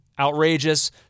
outrageous